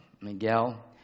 Miguel